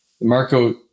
marco